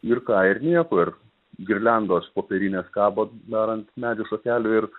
ir ką ir nieko ir girliandos popierinės kabo dar ant medžių šakelių ir